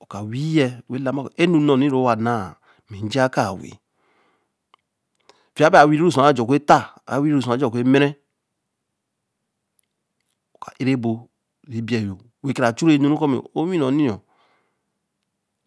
o ka weii ya wen lamaā, ēnu n̄no nni re wa nn̄a bije a kaā wen fiya a baā a weii siu wa a je oku tta, ā weii su wa aj̄e ku emere, oka ere bol re ebei yo, wen kara ju re nuru kōo weii nunii,